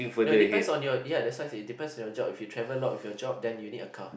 no depends on your ya that why I say depends on your job if you travel a lot with your job then you need a car